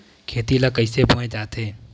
खेती ला कइसे बोय जाथे?